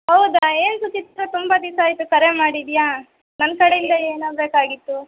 ಹೌದಾ ಏನು ಸುಚಿತ್ರಾ ತುಂಬ ದಿವ್ಸ ಆಯಿತು ಕರೆ ಮಾಡಿದಿಯ ನನ್ನ ಕಡೆಯಿಂದ ಏನಾಗಬೇಕಾಗಿತ್ತು